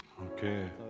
Okay